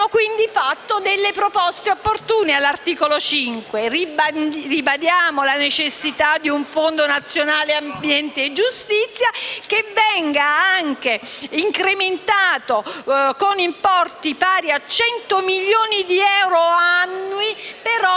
quindi presentato delle proposte opportune all'articolo 15. Ribadiamo la necessità di un Fondo nazionale ambiente e giustizia, che venga anche incrementato con importi pari a 100 milioni di euro annuì per